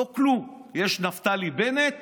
לא כלום, יש נפתלי בנט